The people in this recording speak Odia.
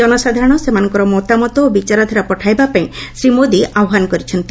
ଜନସାଧାରଣ ସେମାନଙ୍କର ମତାମତ ଓ ବିଚାରଧାରା ପଠାଇବାପାଇଁ ଶ୍ରୀ ମୋଦି ଆହ୍ୱାନ କରିଛନ୍ତି